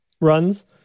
runs